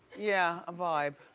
yeah, a vibe.